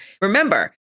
Remember